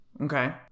Okay